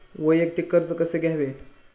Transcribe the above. वैयक्तिक कर्ज कसे घ्यावे?